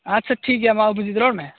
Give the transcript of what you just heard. ᱟᱪᱷᱟ ᱴᱷᱤᱠ ᱜᱮᱭᱟ ᱢᱟ ᱚᱵᱷᱤᱡᱤᱛ ᱨᱚᱲ ᱢᱮ